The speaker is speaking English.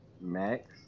Max